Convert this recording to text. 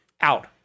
out